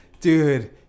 Dude